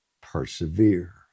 Persevere